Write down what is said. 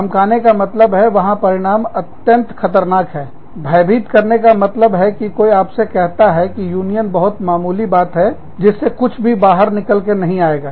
धमकाने का मतलब वहां परिणाम अत्यंत खतरनाक है डरानेभयभीत करने का मतलब है कि कोई आपसे कहता है कि यूनियन बहुत मामूली बात है जिससे कुछ भी बाहर निकल कर नहीं आएगा